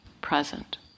present